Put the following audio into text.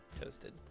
toasted